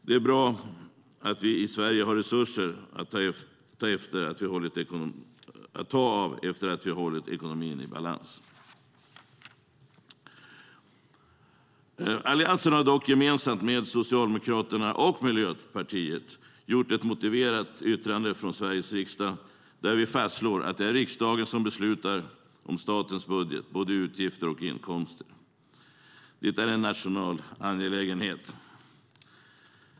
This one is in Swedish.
Det är bra att vi i Sverige har resurser att ta av efter att ha hållit ekonomin i balans. Alliansen har dock gemensamt med Socialdemokraterna och Miljöpartiet gjort ett motiverat yttrande från Sveriges riksdag där vi fastslår att det är riksdagen som beslutar om statens budget, både utgifter och inkomster. Det är en nationell angelägenhet.